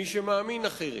של מי שמאמין אחרת.